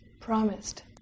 promised